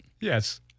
Yes